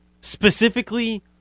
specifically